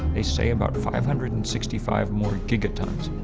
they say about five hundred and sixty five more gigatons.